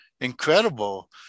incredible